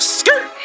skirt